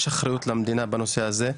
יש אחריות למדינה בנושא הזה.